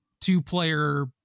two-player